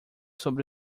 sobre